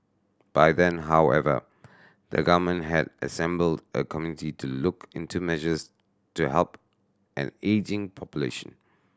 by then however the government had assembled a committee to look into measures to help an ageing population